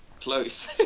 Close